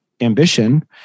ambition